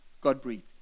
God-breathed